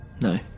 No